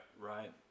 right